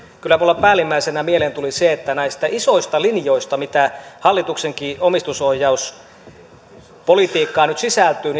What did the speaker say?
kyllä minulla päällimmäisenä mieleen tuli se että näistä isoista linjoista mitä hallituksenkin omistusohjauspolitiikkaan nyt sisältyy